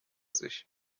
sich